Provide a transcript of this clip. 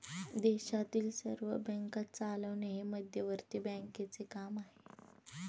देशातील सर्व बँका चालवणे हे मध्यवर्ती बँकांचे काम आहे